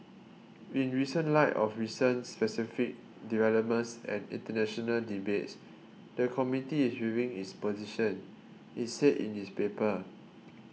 in recent light of recent specific developments and international debates the committee is reviewing its position it said in its paper